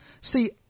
See